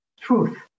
Truth